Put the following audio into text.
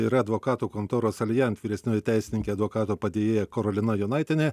yra advokatų kontoros alijent vyresnioji teisininkė advokato padėjėja karolina jonaitienė